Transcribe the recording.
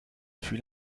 fut